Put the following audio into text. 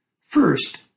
First